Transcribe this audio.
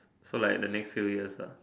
so like the next few years lah